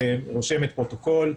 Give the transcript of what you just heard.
רושמת פרוטוקול,